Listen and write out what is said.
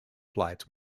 flights